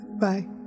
Bye